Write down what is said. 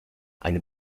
eine